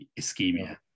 ischemia